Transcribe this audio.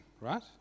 right